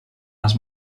les